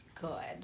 good